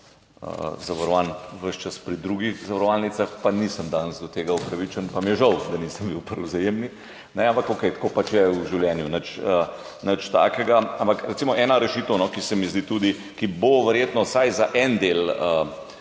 zavarovan ves čas pri drugih zavarovalnicah, pa nisem danes do tega upravičen, pa mi je žal, da nisem bil pri Vzajemni. Ampak okej, tako pač je v življenju, nič takega. Ampak recimo ena rešitev, ki se mi zdi, da bo verjetno vsaj za en del